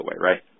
Right